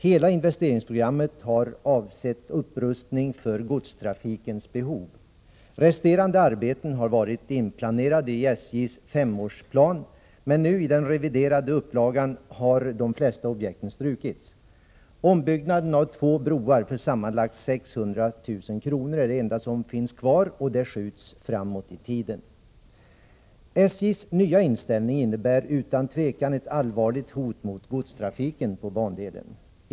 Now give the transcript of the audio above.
Hela investeringsprogrammet har avsett upprustning för godstrafikens behov. Resterande arbeten har varit inplanerade i SJ:s femårsplan. Men i den reviderade upplagan har de flesta objekt strukits. Ombyggnaden av två broar för sammanlagt 600 000 kr. är det enda som finns kvar. Den skjuts framåt i tiden. SJ:s nya inställning innebär utan tvivel ett allvarligt hot mot godstrafiken på bandelen.